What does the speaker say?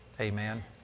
Amen